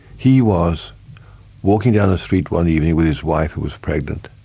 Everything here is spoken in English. he was walking down a street one evening with his wife who was pregnant,